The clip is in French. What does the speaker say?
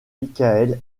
michael